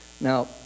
Now